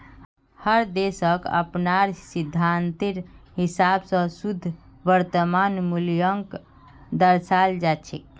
हर देशक अपनार सिद्धान्तेर हिसाब स शुद्ध वर्तमान मूल्यक दर्शाल जा छेक